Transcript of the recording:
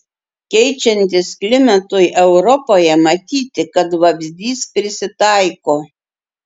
keičiantis klimatui europoje matyti kad vabzdys prisitaiko